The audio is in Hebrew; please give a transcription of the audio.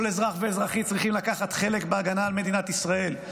כל אזרח ואזרחית צריכים לקחת חלק בהגנה על מדינת ישראל.